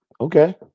Okay